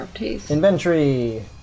Inventory